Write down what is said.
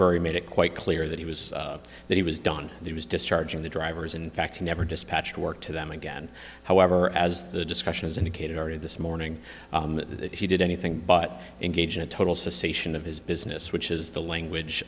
berry made it quite clear that he was that he was done he was discharging the drivers in fact he never dispatched work to them again however as the discussion has indicated already this morning that he did anything but engage in a total cessation of his business which is the language